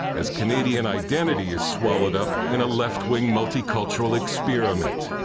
as canadian identity is swallowed up in a left-wing multicultural experiment.